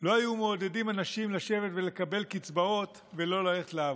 לא היו מעודדים אנשים לשבת ולקבל קצבאות ולא ללכת לעבוד.